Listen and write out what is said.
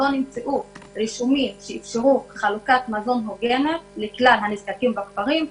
לא נמצאו רישומים שאפשרו חלוקת מזון הוגנת לכלל הנזקקים בכפרים,